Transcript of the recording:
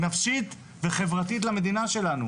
נפשית, וחברתית למדינה שלנו.